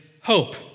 hope